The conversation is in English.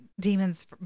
demons